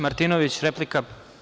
Martinović, replika.